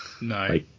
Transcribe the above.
No